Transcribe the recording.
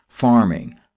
farming